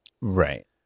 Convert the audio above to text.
right